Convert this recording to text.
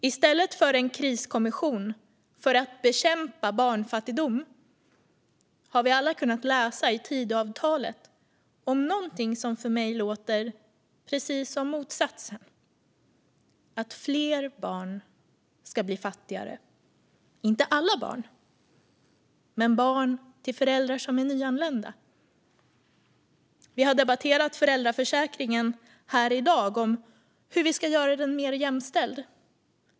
I stället för en kriskommission för att bekämpa barnfattigdom har vi alla kunnat läsa i Tidöavtalet om någonting som för mig låter precis som motsatsen, nämligen att fler barn ska bli fattigare - inte alla barn, men barn till föräldrar som är nyanlända. Vi har i dag debatterat hur vi ska göra föräldraförsäkringen mer jämställd.